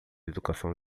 educação